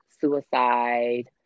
suicide